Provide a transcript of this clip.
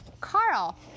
Carl